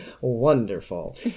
Wonderful